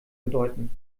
bedeuten